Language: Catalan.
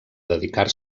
dedicar